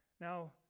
Now